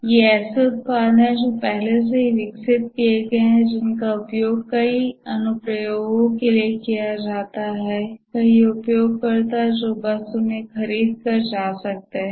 ये ऐसे उत्पाद हैं जो पहले से ही विकसित किए गए हैं जिनका उपयोग कई अनुप्रयोगों के लिए किया जाता है कई उपयोगकर्ता जो बस उन्हें खरीद कर जा सकते हैं